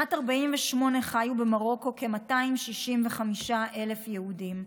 בשנת 48' חיו במרוקו כ-265,000 יהודים,